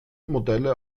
modelle